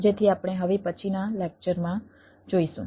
જેથી આપણે હવે પછીના લેક્ચરમાં જોઈશું